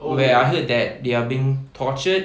where I heard that they are being tortured